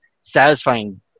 satisfying